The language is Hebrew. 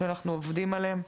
ואנחנו עובדים על זה.